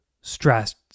stressed